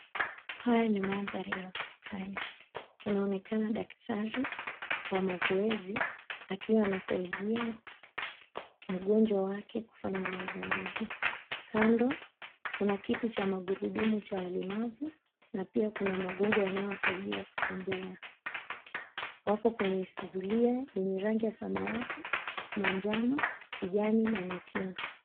Haya ni mandhari ya hospitali. Kunaonekana daktari wa mazoezi akiwa anasaidia mgonjwa wake kufanya mazoezi. Kando kuna kiti cha magurudumu cha walemavu, na pia kuna magongo yanayowasaidia kutembea. Wako kwenye zulia yenye rangi ya samawati, manjano, kijani, na nyekundu.